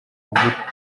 ati